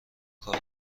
کار